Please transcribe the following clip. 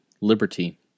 Liberty